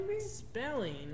Spelling